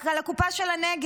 רק על הקופה של הנגב,